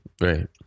Right